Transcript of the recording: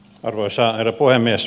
arvoisa herra puhemies